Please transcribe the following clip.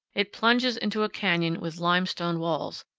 it plunges into a canyon with limestone walls,